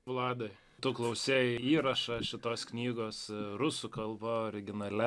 vladai tu klausei įrašą šitos knygos rusų kalba originale